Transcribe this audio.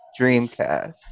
Dreamcast